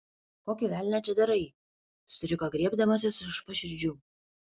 kokį velnią čia darai suriko griebdamasis už paširdžių